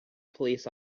police